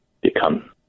become